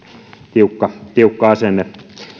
tiukka tiukka asenne